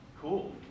Cool